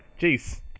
Jeez